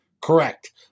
correct